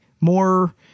more